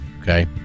Okay